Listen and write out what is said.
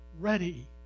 ready